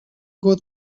год